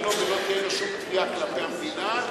לו ולא תהיה לו שום תביעה כלפי המדינה,